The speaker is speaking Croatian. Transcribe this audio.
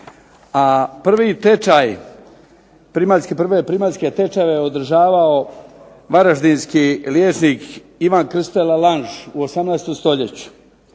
prve primaljske tečajeve je održavao varaždinski liječnik Ivan Krstitelj Lalanš u 18. stoljeću